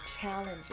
challenges